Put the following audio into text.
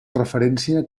referència